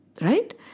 right